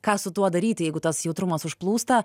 ką su tuo daryti jeigu tas jautrumas užplūsta